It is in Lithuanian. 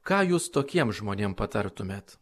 ką jūs tokiem žmonėm patartumėt